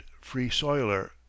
free-soiler